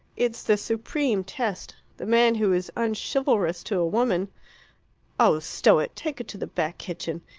it's the supreme test. the man who is unchivalrous to a woman oh, stow it! take it to the back kitchen.